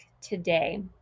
today